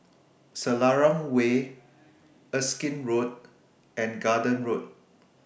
Selarang Way Erskine Road and Garden Road